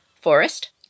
forest